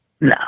No